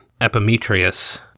Epimetrius